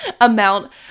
amount